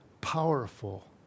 powerful